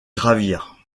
gravir